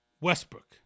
Westbrook